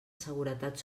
seguretat